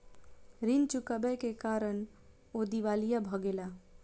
ऋण चुकबै के कारण ओ दिवालिया भ गेला